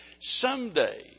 someday